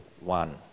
one